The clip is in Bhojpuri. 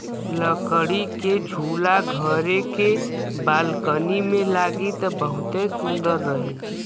लकड़ी के झूला घरे के बालकनी में लागी त बहुते सुंदर रही